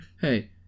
Hey